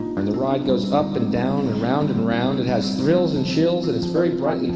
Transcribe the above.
are. the ride goes up and down and round and round, it has thrills and chills and it's very bright